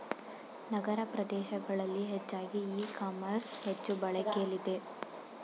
ನಗರ ಪ್ರದೇಶಗಳಲ್ಲಿ ಹೆಚ್ಚಾಗಿ e commerce ಹೆಚ್ಚು ಬಳಕೆಲಿದೆ